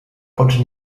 pots